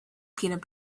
peanut